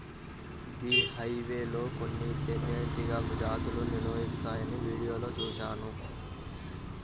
beehive లో కొన్ని తేనెటీగ జాతులు నివసిస్తాయని వీడియోలో చూశాను